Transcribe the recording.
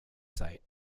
site